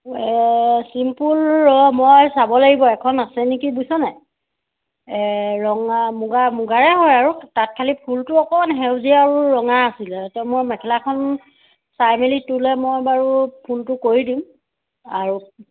simple ৰ মই চাব লাগিব এখন আছে নেকি বুইছ নাই ৰঙা মুগা মুগাৰে হয় আৰু তাত খালি ফুলটো অকণ সেউজীয়া আৰু ৰঙা আছিলে এতিয়া মই মেখেলাখন চাই মেলি তোলৈ মই বাৰু ফোনটো কৰি দিম আৰু